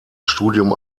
studium